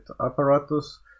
apparatus